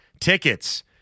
tickets